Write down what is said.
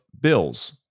bills